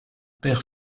père